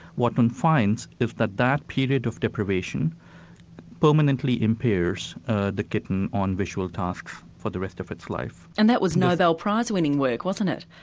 what one finds is that that period of deprivation permanently impairs the kitten on visual tasks for the rest of its life. and that was nobel prize-winning work, wasn't it?